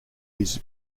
his